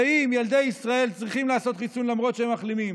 ואם ילדי ישראל צריכים לעשות חיסון למרות שהם מחלימים,